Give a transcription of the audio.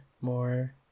more